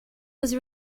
was